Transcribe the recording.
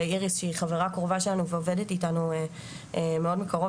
ואיריס שהיא חברה קרובה שלנו ועובדת איתנו מאוד מקרוב,